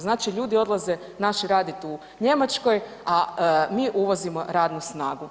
Znači ljudi odlaze naši raditi u Njemačkoj, a mi uvozimo radnu snagu.